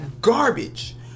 Garbage